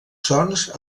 sons